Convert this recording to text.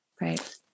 Right